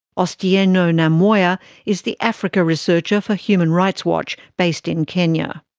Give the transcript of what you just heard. ah so you know namwaya is the africa researcher for human rights watch, based in kenya.